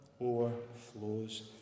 overflows